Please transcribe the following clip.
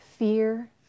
fear